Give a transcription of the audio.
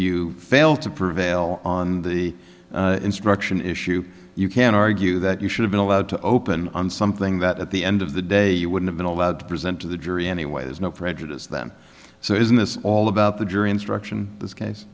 you fail to prevail on the instruction issue you can argue that you should have been allowed to open on something that at the end of the day you would have been allowed to present to the jury anyway is no prejudice then so isn't this all about the jury instruction this case